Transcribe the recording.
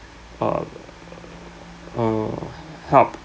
err err help